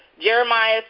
Jeremiah